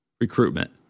recruitment